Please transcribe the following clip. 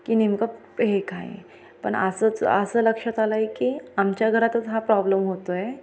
की नेमकं हे काय पण असंच असं लक्षात आलं आहे की आमच्या घरातच हा प्रॉब्लेम होतो आहे